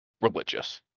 religious